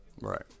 Right